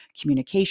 communication